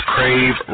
Crave